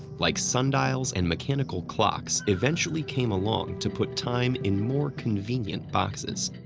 like sundials and mechanical clocks, eventually came along to put time in more convenient boxes.